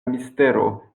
mistero